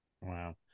Wow